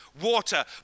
water